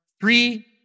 three